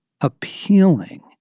appealing